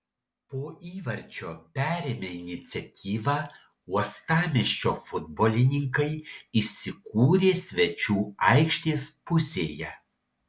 po įvarčio perėmę iniciatyvą uostamiesčio futbolininkai įsikūrė svečių aikštės pusėje